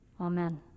Amen